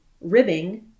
ribbing